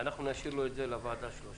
אנחנו נשאיר לו את זה לוועדה שלו.